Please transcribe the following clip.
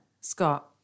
Scott